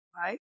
right